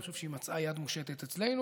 אני חושב שהיא מצאה יד מושטת אצלנו.